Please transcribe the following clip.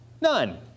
None